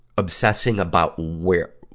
obsessing about where,